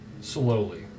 slowly